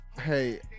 Hey